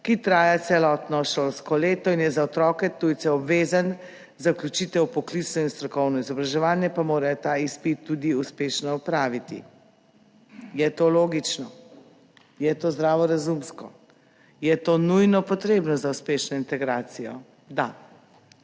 ki traja celotno šolsko leto in je za otroke tujce obvezen, za vključitev v poklicno in strokovno izobraževanje pa morajo ta izpit tudi uspešno opraviti. Je to logično? Je to zdravorazumsko? Je to nujno potrebno za uspešno integracijo? Da.